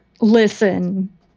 Listen